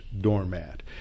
doormat